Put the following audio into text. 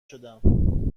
شدم